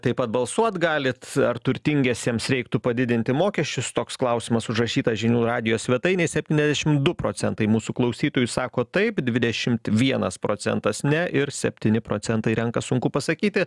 taip pat balsuot galit ar turtingiesiems reiktų padidinti mokesčius toks klausimas užrašytas žinių radijo svetainėj septyniasdešim du procentai mūsų klausytojų sako taip dvidešimt vienas procentas ne ir septyni procentai renka sunku pasakyti